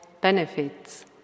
benefits